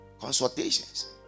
Consultations